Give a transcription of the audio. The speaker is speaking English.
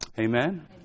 Amen